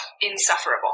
insufferable